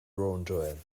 wrongdoing